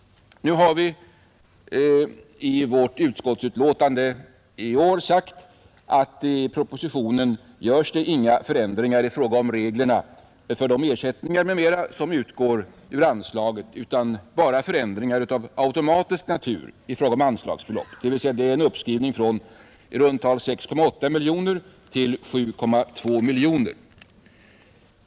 I vårt utskottsbetänkande i år har vi sagt att i propositionen görs det inga förändringar i fråga om reglerna för de ersättningar m.m. som utgår ur anslaget, utan bara förändringar av automatisk natur i fråga om anslagsbelopp — dvs. en uppskrivning från i runt tal 6,8 miljoner till 7,2 miljoner.